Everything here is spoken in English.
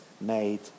made